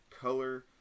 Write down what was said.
color